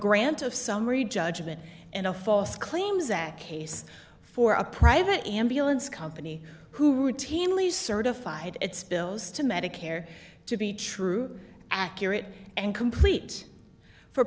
grant of summary judgment and a false claims act case for a private ambulance company who routinely certified its bills to medicare to be true accurate and complete for